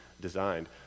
designed